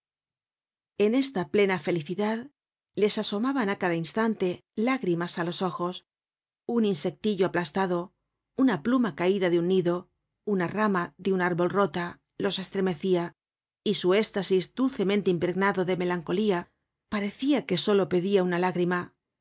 en esta plena felicidad les asomaban á cada instante lágrimas á los ojos un insectillo aplastado una pluma caida de un nido una rama de un árbol rota los estremecia y su estasis dulcemente impregnado de melancolía parecia que solo pedia una lágrima